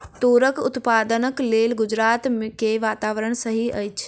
तूरक उत्पादनक लेल गुजरात के वातावरण सही अछि